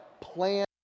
plan